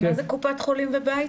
מה זה קופת חולים ובית?